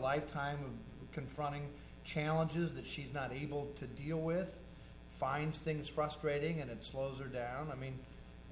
lifetime confronting challenges that she's not able to deal with finds things frustrating and slows or down i mean